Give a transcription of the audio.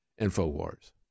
InfoWars